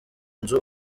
nzu